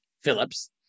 Phillips